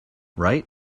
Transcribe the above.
right